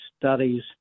studies